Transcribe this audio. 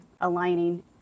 aligning